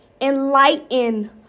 Enlighten